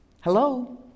Hello